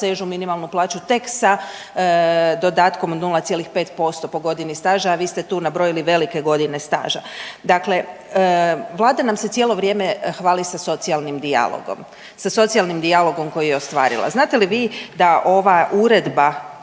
dosežu minimalnu plaću tek sa dodatkom od 0,5% po godini staža, a vi ste tu nabrojili velike godine staža. Dakle, Vlada nam se cijelo vrijeme hvali sa socijalnim dijalogom, sa socijalnim dijalogom koji je ostvarila. Znate li vi da ova uredba,